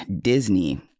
Disney